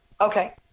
okay